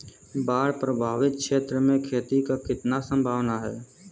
बाढ़ प्रभावित क्षेत्र में खेती क कितना सम्भावना हैं?